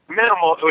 minimal